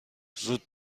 زود